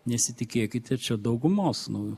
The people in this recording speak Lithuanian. nesitikėkite čia daugumos nu